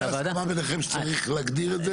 לא, אבל ישנה הסכמה ביניכם שצריך להגדיר את זה?